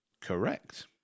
Correct